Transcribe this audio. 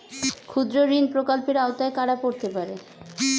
ক্ষুদ্রঋণ প্রকল্পের আওতায় কারা পড়তে পারে?